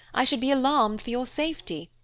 i should be alarmed for your safety.